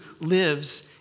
lives